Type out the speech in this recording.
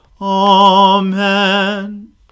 Amen